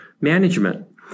management